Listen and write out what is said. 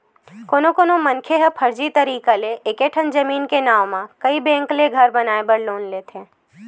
कोनो कोनो मनखे ह फरजी तरीका ले एके ठन जमीन के नांव म कइ बेंक ले घर बनाए बर लोन लेथे